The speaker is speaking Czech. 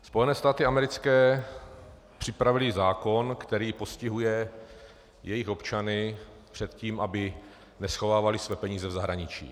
Spojené státy americké připravily zákon, který postihuje jejich občany před tím, aby neschovávali své peníze v zahraničí.